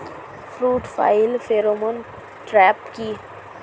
Fruit fly pheromone trap কি?